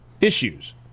issues